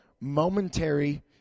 momentary